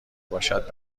باشد